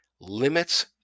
limits